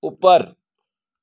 ઉપર